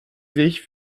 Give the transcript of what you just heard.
sich